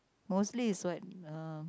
mostly is so